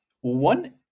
One